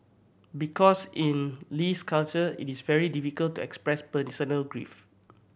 because in Lee's culture it is very difficult to express personal grief